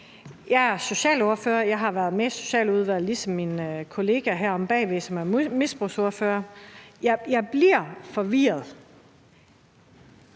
Jeg er socialordfører, og jeg har været med i Socialudvalget ligesom min kollega her omme bagved, som er misbrugsordfører. Jeg bliver forvirret.